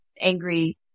angry